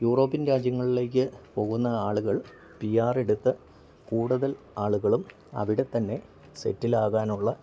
European രാജ്യങ്ങളിലേക്കു പോകുന്ന ആളുകൾ പി ആർ എടുത്ത് കൂടുതൽ ആളുകളും അവിടെ തന്നെ സെറ്റിലാകാനുള്ള